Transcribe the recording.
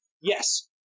Yes